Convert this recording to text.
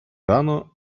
рано